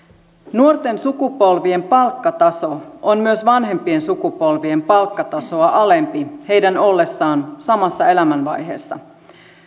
nuorten sukupolvien palkkataso on myös vanhempien sukupolvien palkkatasoa alempi heidän ollessaan samassa elämänvaiheessa